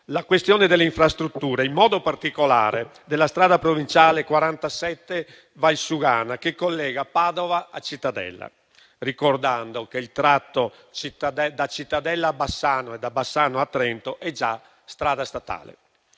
la questione delle infrastrutture e in modo particolare della strada provinciale 47 della Valsugana, che collega Padova a Cittadella, ricordando che il tratto da Cittadella a Bassano e da Bassano a Trento è già strada statale.